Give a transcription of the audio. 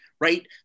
right